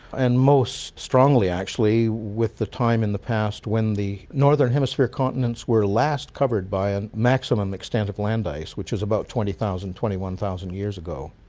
and most strongly actually with the time in the past when the northern hemisphere continents were last covered by a maximum extent of land ice, which is about twenty thousand, twenty one thousand years ago.